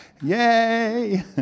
Yay